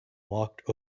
walked